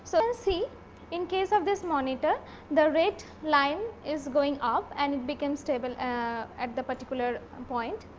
so, see in case of this monitor the red line is going up and it became stable ah at the particular um point.